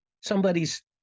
Somebody's